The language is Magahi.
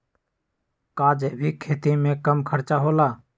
का जैविक खेती में कम खर्च होला?